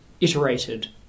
iterated